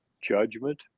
judgment